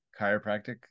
Chiropractic